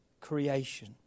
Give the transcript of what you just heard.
creation